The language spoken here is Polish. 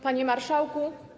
Panie Marszałku!